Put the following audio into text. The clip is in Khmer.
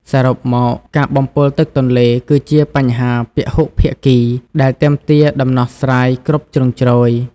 សរុបមក ការបំពុលទឹកទន្លេគឺជាបញ្ហាពហុភាគីដែលទាមទារដំណោះស្រាយគ្រប់ជ្រុងជ្រោយ។